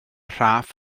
rhaff